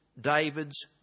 David's